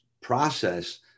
process